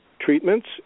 treatments